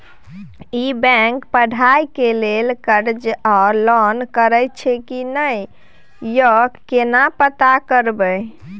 ई bank पढ़ाई के लेल कर्ज आ लोन करैछई की नय, यो केना पता करबै?